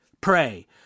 pray